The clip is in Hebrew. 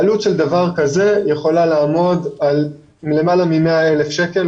עלות של דבר כזה יכולה לעמוד על למעלה מ-100,000 שקלים,